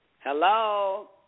Hello